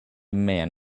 man